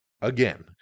Again